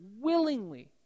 willingly